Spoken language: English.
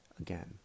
again